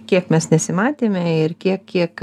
kiek mes nesimatėme ir kiek kiek